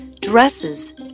dresses